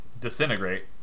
disintegrate